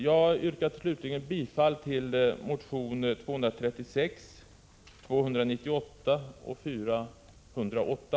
Jag yrkar slutligen bifall till motionerna 236, 298 och 408.